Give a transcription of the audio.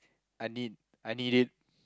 I need I need it